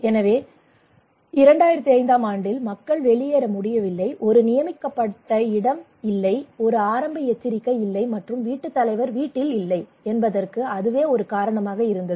எனவே 2005 ஆம் ஆண்டில் மக்கள் வெளியேற முடியவில்லை ஒரு நியமிக்கப்பட்ட இடம் இல்லை ஒரு ஆரம்ப எச்சரிக்கை இல்லை மற்றும் வீட்டுத் தலைவர் வீட்டில் இல்லை என்பதற்கு அதுவே ஒரு காரணமாக இருந்தது